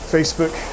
Facebook